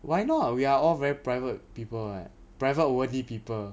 why not we are all very private people [what] private worthy people